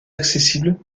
accessible